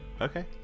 Okay